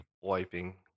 wiping